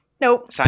Nope